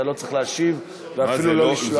אתה לא צריך להשיב, ואפילו לא לשלוח להם.